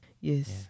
Yes